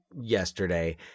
yesterday